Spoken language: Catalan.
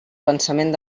pensament